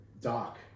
Doc